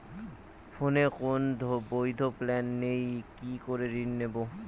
ফোনে কোন বৈধ প্ল্যান নেই কি করে ঋণ নেব?